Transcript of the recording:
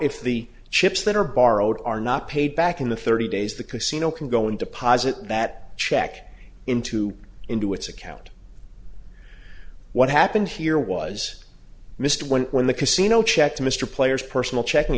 if the chips that are borrowed are not paid back in the thirty days the casino can go and deposit that check into into its account what happened here was missed when when the casino checked mr player's personal checking